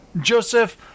Joseph